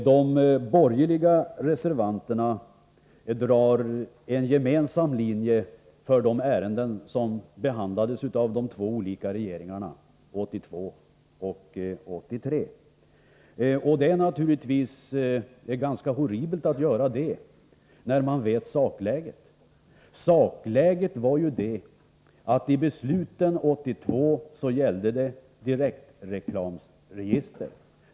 Herr talman! De borgerliga reservanterna drar de ärenden som behandlades av två olika regeringar — år 1982 och 1983 — över en kam. Det är naturligtvis ganska horribelt att göra detta när man känner till sakläget. Sakläget var ju att 1982 års beslut gällde direktreklamregister.